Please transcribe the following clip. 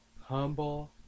humble